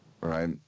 Right